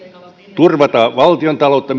turvata valtion taloutta